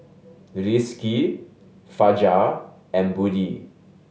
Rizqi Fajar and Budi